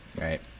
Right